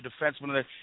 defenseman